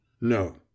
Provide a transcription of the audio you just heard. No